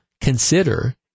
consider